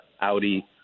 Audi